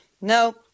No